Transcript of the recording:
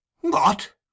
What